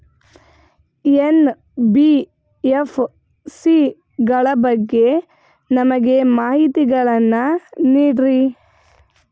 NBFC ಗಳ ಬಗ್ಗೆ ನಮಗೆ ಮಾಹಿತಿಗಳನ್ನ ನೀಡ್ರಿ?